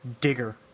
digger